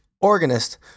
organist